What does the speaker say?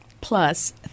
plus